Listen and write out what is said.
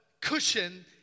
cushion